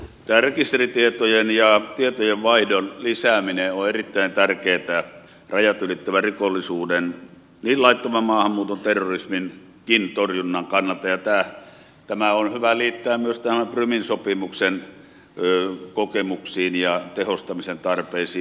tämä rekisteritietojen ja tietojenvaihdon lisääminen on erittäin tärkeätä rajat ylittävän rikollisuuden niin laittoman maahanmuuton kuin terrorisminkin torjunnan kannalta ja tämä on hyvä liittää myös tämän prumin sopimuksen kokemuksiin ja tehostamisen tarpeisiin